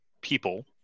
people